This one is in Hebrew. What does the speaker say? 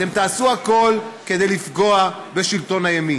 אתם תעשו הכול כדי לפגוע בשלטון הימין.